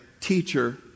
teacher